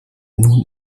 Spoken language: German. nun